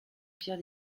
pierre